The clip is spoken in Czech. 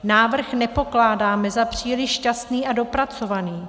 Návrh nepokládáme za příliš šťastný a dopracovaný.